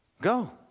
Go